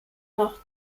noch